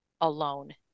alone